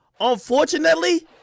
unfortunately